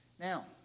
Now